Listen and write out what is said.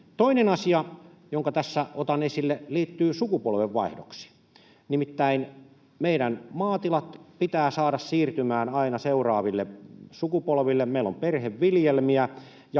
Toinen asia, jonka tässä otan esille, liittyy sukupolvenvaihdoksiin. Nimittäin meidän maatilat pitää saada siirtymään aina seuraaville sukupolville, meillä on perheviljelmiä,